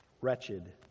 wretched